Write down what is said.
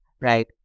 right